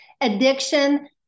Addiction